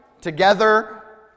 together